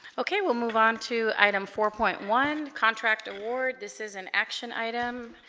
okay we'll move on to item four point one contract award this is an action item